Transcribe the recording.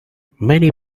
many